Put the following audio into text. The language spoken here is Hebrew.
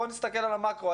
בואו נסתכל על המאקרו.